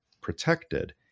protected